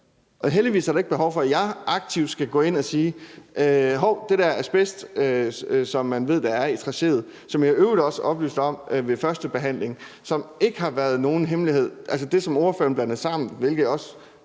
og heldigvis er der ikke behov for, at jeg aktivt skal gå ind at sige hov i forhold til den asbest, som man ved der er i tracéet, som jeg i øvrigt også oplyste om ved førstebehandlingen, og som ikke har været nogen hemmelighed. Altså, det, som spørgeren blander sammen, hvilket jeg